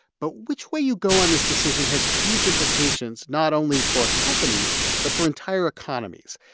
but which way you go on this decision has huge implications not only for a company but for entire economies.